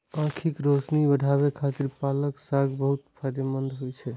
आंखिक रोशनी बढ़ाबै खातिर पालक साग बहुत फायदेमंद होइ छै